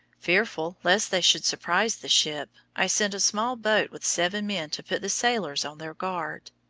fearful lest they should surprise the ship, i sent a small boat with seven men to put the sailors on their guard.